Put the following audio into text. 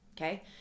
okay